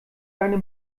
deine